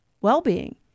well-being